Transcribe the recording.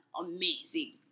amazing